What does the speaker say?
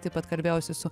taip pat kalbėjausi su